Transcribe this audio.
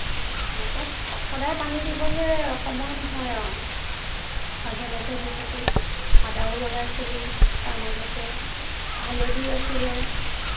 অঁ তাত সদায় পানী দিবলে সময় নহয় আৰু মাজে মাজে দি থাকোঁ আদাও লগাইছিলোঁ তাৰ মাজতে হালধিও আছিলে